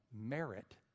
merit